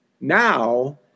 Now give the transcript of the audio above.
Now